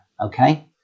okay